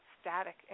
static